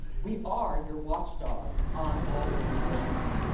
we are your watchdog on all business issues,